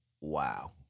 Wow